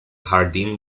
jardín